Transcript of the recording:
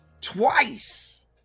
Twice